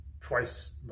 twice